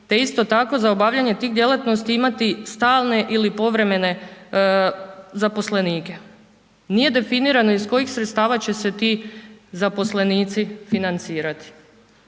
te isto tako za obavljanje tih djelatnosti imati stalne ili povremene zaposlenike, nije definirano iz kojih sredstava će se ti zaposlenici financirati.